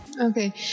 Okay